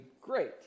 great